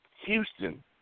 Houston